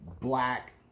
black